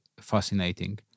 fascinating